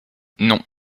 non